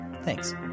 Thanks